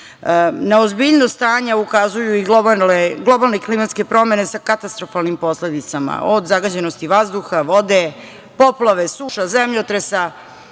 planeta. Neozbiljnost stanja ukazuju i globalne klimatske promene sa katastrofalnim posledicama, od zagađenosti vazduha, vode, poplave, suša, zemljotresa